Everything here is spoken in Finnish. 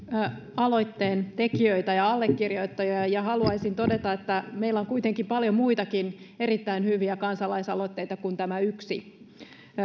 aloitteen tekijöitä ja allekirjoittajia haluaisin todeta että meillä on kuitenkin paljon muitakin erittäin hyviä kansalaisaloitteita kuin tämä yksi